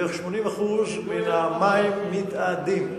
בערך 80% מהמים מתאדים.